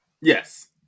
Yes